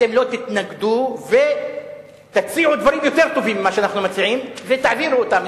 אתם לא תתנגדו ותציעו דברים יותר טובים ממה שאנחנו מציעים ותעבירו אותם.